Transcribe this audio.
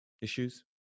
issues